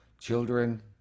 Children